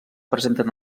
presenten